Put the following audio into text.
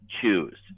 choose